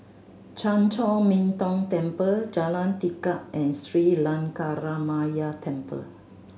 Chan Chor Min Tong Temple Jalan Tekad and Sri Lankaramaya Temple